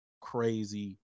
crazy